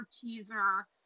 teaser